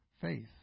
Faith